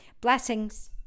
Blessings